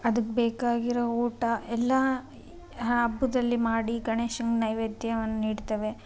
ಅದಕ್ಕೆ ಬೇಕಾಗಿರೋ ಊಟ ಎಲ್ಲ ಹಬ್ಬದಲ್ಲಿ ಮಾಡಿ ಗಣೇಶನಿಗೆ ನೈವೇದ್ಯವನ್ನು ನೀಡ್ತೇವೆ